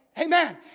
Amen